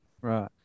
Right